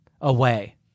Away